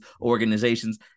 organizations